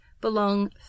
Belong